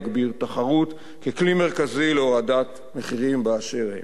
יגביר תחרות ככלי מרכזי להורדת מחירים באשר הם.